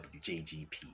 WJGP